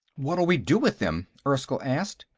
what'll we do with them? erskyll asked.